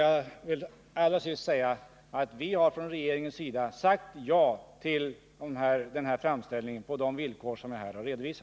Och vi har alltså, på de villkor som jag här har redovisat, från regeringens sida sagt ja till denna framställning från Örebro kommun.